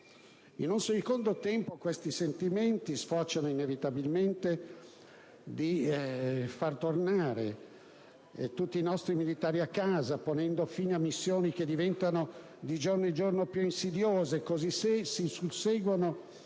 In un secondo tempo questi sentimenti sfociano inevitabilmente nel desiderio di far tornare a casa tutti i nostri militari, ponendo fine a missioni che diventano di giorno in giorno più insidiose, cosicché si susseguono